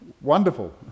Wonderful